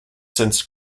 since